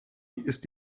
ist